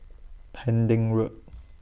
Pending Road